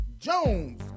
Jones